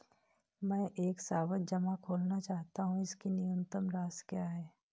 मैं एक सावधि जमा खोलना चाहता हूं इसकी न्यूनतम राशि क्या है?